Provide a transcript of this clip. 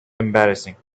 embarrassing